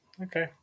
Okay